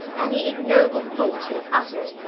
any ignoble thought he has uttered.